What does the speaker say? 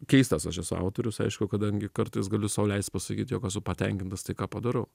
keistas aš esu autorius aišku kadangi kartais galiu sau leist pasakyti jog esu patenkintas tai ką padarau